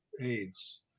AIDS